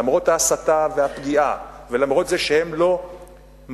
למרות ההסתה והפגיעה ולמרות זה שהם לא מראים,